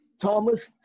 Thomas